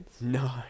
No